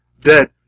dead